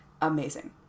amazing